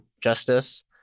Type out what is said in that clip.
justice